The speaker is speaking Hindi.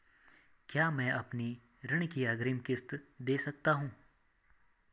क्या मैं अपनी ऋण की अग्रिम किश्त दें सकता हूँ?